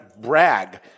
brag